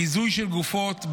ביזוי של גופות,